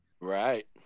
right